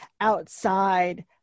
outside